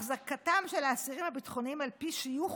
החזקתם של האסירים הביטחוניים על פי שיוך